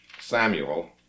Samuel